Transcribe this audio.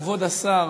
כבוד השר,